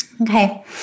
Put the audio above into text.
Okay